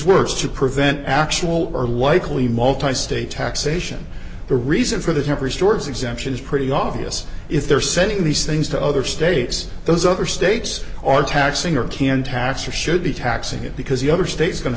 words to prevent actual or likely multi state taxation the reason for that have restores exemptions pretty obvious if they're sending these things to other states those other states are taxing or can tax or should be taxing it because the other state's going to